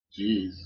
Jeez